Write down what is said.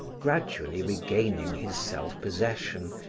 gradually regaining his self-possession,